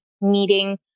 meeting